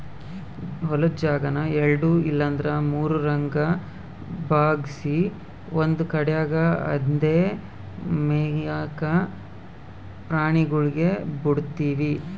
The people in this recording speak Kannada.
ಹೊಲುದ್ ಜಾಗಾನ ಎಲ್ಡು ಇಲ್ಲಂದ್ರ ಮೂರುರಂಗ ಭಾಗ್ಸಿ ಒಂದು ಕಡ್ಯಾಗ್ ಅಂದೇ ಮೇಯಾಕ ಪ್ರಾಣಿಗುಳ್ಗೆ ಬುಡ್ತೀವಿ